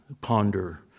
ponder